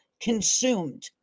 consumed